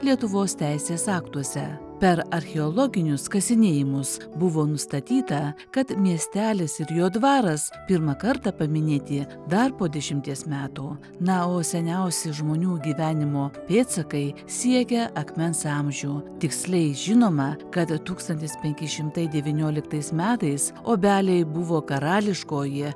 lietuvos teisės aktuose per archeologinius kasinėjimus buvo nustatyta kad miestelis ir jo dvaras pirmą kartą paminėti dar po dešimties metų na o seniausi žmonių gyvenimo pėdsakai siekia akmens amžių tiksliai žinoma kad tūkstantis penki šimtai devynioliktais metais obeliai buvo karališkoji